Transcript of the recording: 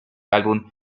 álbum